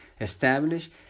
establish